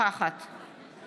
נוכחת